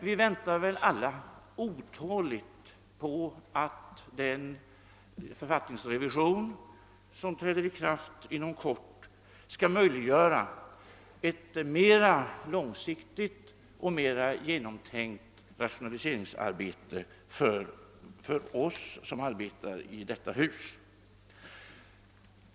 Vi väntar alla otåligt på att den författningsrevision som träder i kraft inom kort skall möjliggöra ett mera långsiktigt och mera genomtänkt rationaliseringsarbete för oss som verkar i detta hus.